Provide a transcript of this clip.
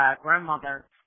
grandmother